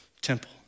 temple